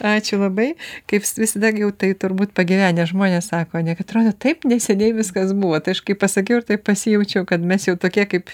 ačiū labai kaip visada tai turbūt pagyvenę žmonės sako ne atrodo taip neseniai viskas buvo kažkaip pasakiau ir taip pasijaučiau kad mes jau tokie kaip